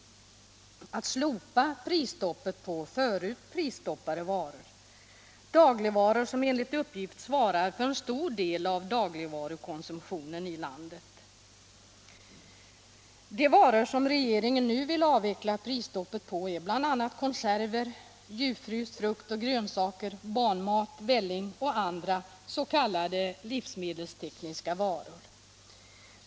Den slopar prisstoppet på förut prisstoppade dagligvaror, som enligt uppgift svarar för en stor del av dagligvarukonsumtionen i landet. De varor som regeringen nu vill avveckla prisstoppet på är bl.a. konserver, djupfryst, frukt och grönsaker, barnmat som välling och andra s.k. livsmedelstekniska varor.